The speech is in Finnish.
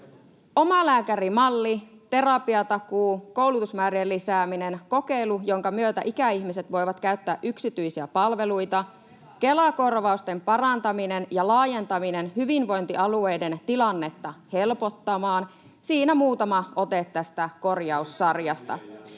Omalääkärimalli, terapiatakuu, koulutusmäärien lisääminen, kokeilu, jonka myötä ikäihmiset voivat käyttää yksityisiä palveluita, Kela-korvausten parantaminen ja laajentaminen hyvinvointialueiden tilannetta helpottamaan — siinä muutama ote tästä korjaussarjasta,